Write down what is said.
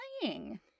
playing